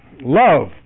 love